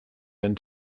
and